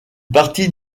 partie